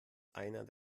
einer